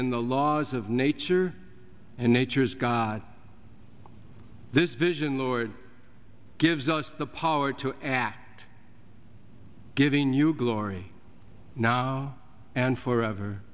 in the laws of nature and nature's god this vision lord gives us the power to act given you glory now and forever